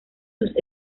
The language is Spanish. sus